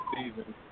season